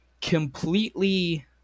completely